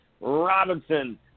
Robinson